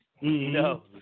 No